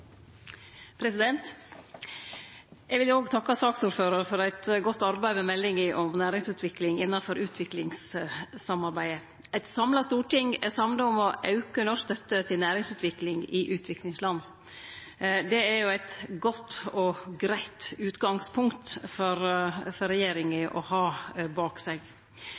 Eg vil òg takke saksordføraren for eit godt arbeid med meldinga om næringsutvikling innanfor utviklingssamarbeidet. Eit samla storting er samd om å auke norsk støtte til næringsutvikling i utviklingsland. Det er eit godt og greitt utgangspunkt for regjeringa å ha bak seg.